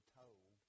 told